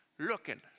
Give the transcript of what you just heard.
Looking